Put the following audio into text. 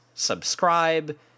subscribe